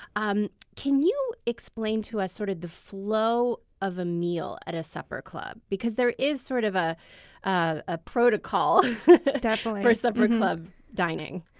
um can you explain to us sort of the flow of a meal at a supper club because there is sort of ah a ah protocol for supper club dining?